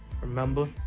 Remember